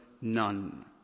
none